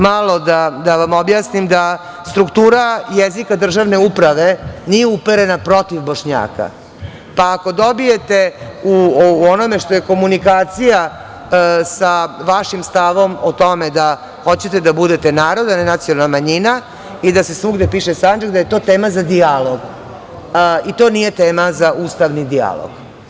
Malo da vam objasnim da struktura jezika državne uprave nije uperena protiv Bošnjaka, pa ako dobijete u onome šta je komunikacija sa vašim stavom o tome da hoćete da budete narod, a ne nacionalna manjina i da se svugde piše Sandžak, da je to tema za dijalog i to nije tema za ustavni dijalog.